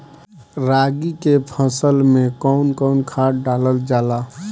रागी के फसल मे कउन कउन खाद डालल जाला?